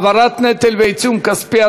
העברת נטל ועיצום כספי),